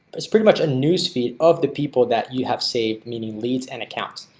it's pretty much a news feed of the people that you have saved meaning leads and accounts.